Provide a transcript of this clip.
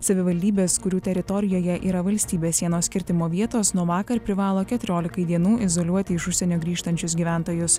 savivaldybės kurių teritorijoje yra valstybės sienos kirtimo vietos nuo vakar privalo keturiolikai dienų izoliuoti iš užsienio grįžtančius gyventojus